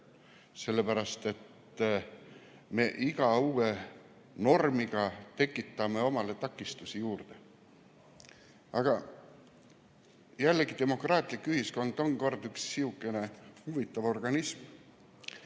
Sellepärast et me iga uue normiga tekitame omale takistusi juurde. Aga jällegi, demokraatlik ühiskond on üks sihukene huvitav organism,